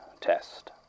test